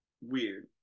Weird